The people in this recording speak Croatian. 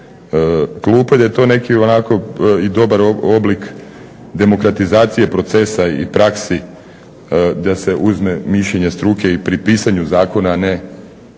klupe. Da je to neki onako i dobar oblik demokratizacije procesa i praksi, da se uzme mišljenje struke i pri pisanju zakona, a ne